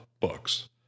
books